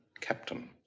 Captain